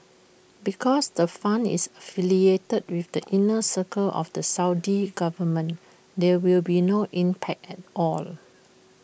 because the fund is affiliated with the inner circle of the Saudi government there will be no impact at all